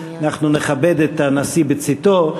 אנחנו נכבד את הנשיא בצאתו.